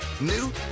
New